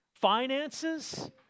Finances